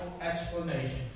explanation